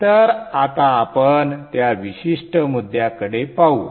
तर आता आपण त्या विशिष्ट मुद्द्याकडे पाहू